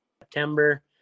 september